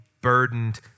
burdened